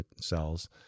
cells